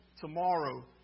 tomorrow